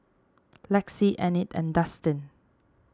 Lexi Enid and Dustin